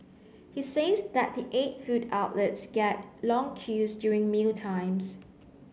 he says that the eight food outlets get long queues during mealtimes